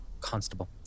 Constable